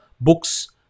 books